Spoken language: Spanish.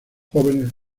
jóvenes